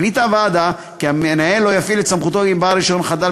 החליטה הוועדה כי המנהל לא יפעיל את סמכותו אם בעל הרישיון חדל